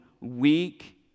weak